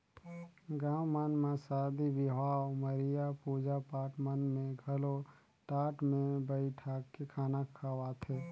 गाँव मन म सादी बिहाव, मरिया, पूजा पाठ मन में घलो टाट मे बइठाके खाना खवाथे